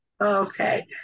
Okay